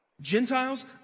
Gentiles